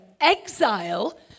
exile